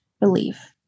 relief